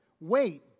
wait